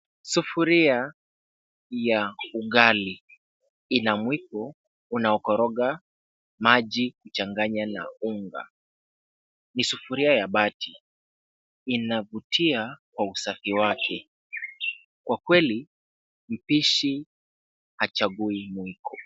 Sufuria ya ugali ina mwiko unaokoroga maji kuchanganya na unga. Ni sufuria ya bati. Inavutia kwa usafi wake, kwa kweli mpishi haichagui mwiko.